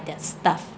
their stuff